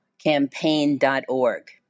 Campaign.org